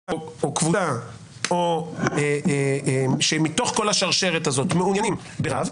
יישוב או קבוצה שמתוך כל השרשרת הזאת מעוניינים ברב,